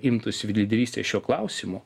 imtųsi lyderystės šiuo klausimu